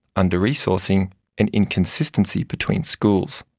under-resourcing and inconsistency between schools.